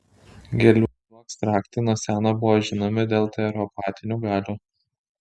gėlių ekstraktai nuo seno buvo žinomi dėl terapeutinių galių